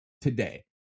today